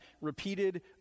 repeated